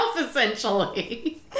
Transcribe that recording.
essentially